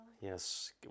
Yes